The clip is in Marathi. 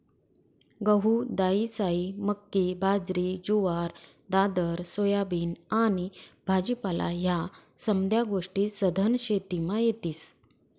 गहू, दायीसायी, मक्की, बाजरी, जुवार, दादर, सोयाबीन आनी भाजीपाला ह्या समद्या गोष्टी सधन शेतीमा येतीस